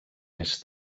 més